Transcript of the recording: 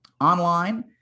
online